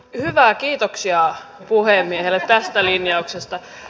hyvä kiitoksia puhemiehelle tästä linjauksesta